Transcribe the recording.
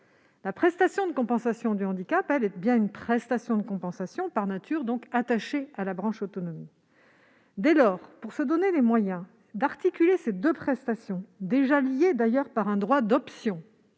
La prestation de compensation du handicap, elle, est bien une prestation de compensation par nature, donc elle est attachée à la branche autonomie. Dès lors, pour nous donner les moyens d'articuler ces deux prestations, déjà liées, d'ailleurs, par un droit d'option,